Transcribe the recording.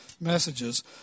messages